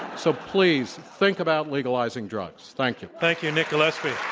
so, please, think about legalizing drugs. thank you. thank you, nick gillespie.